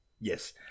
Yes